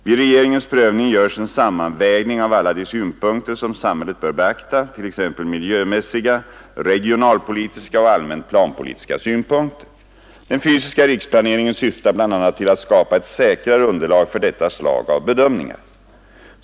Vid regeringens prövning görs en sammanvägning av alla de synpunkter som samhället bör beakta, t.ex. miljömässiga, regionalpolitiska och allmänt planpolitiska synpunkter. Den fysiska riksplaneringen syftar bl.a. till att skapa ett säkrare underlag för detta slag av bedömningar.